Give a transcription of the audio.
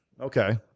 Okay